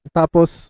tapos